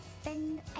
spend